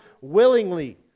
willingly